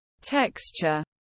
texture